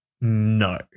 No